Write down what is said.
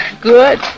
Good